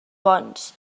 bons